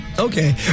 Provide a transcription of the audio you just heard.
Okay